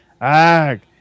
Ag